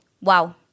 Wow